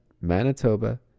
Manitoba